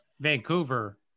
vancouver